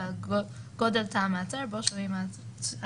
ועל גודל תא המעצר בו שוהים האסירים."